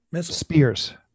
spears